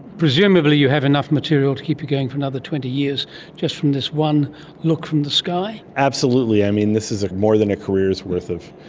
presumably you have enough material to keep you going for another twenty years just from this one look from the sky? absolutely. i mean, this is more than a career's worth of,